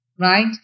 right